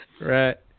Right